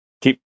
Keep